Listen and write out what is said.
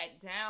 down